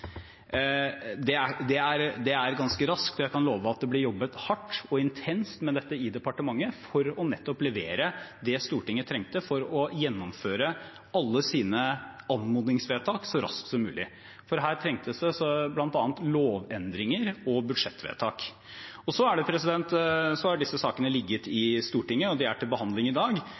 Det er ganske raskt. Jeg kan love at det ble jobbet hardt og intenst med dette i departementet for nettopp å levere det Stortinget trengte for å gjennomføre alle sine anmodningsvedtak så raskt som mulig, for her trengtes det bl.a. lovendringer og budsjettvedtak. Så har disse sakene ligget i Stortinget, og de er til behandling i dag.